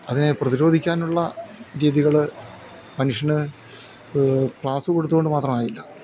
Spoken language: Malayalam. അതിനെ പ്രതിരോധിക്കാനുള്ള രീതികൾ മനുഷ്യൻ ക്ലാസ് കൊടുത്തോണ്ട് മാത്രമായില്ല